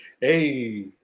Hey